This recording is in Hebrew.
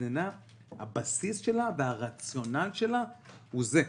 הבסיס שלה והרציונל שלה הוא זה.